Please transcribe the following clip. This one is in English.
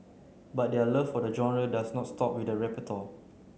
but their love for the genre does not stop with the repertoire